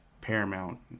paramount